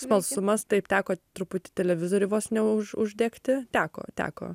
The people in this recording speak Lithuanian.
smalsumas taip teko truputį televizorių vos ne už uždegti teko teko